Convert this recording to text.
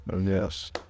Yes